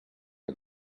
and